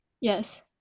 Yes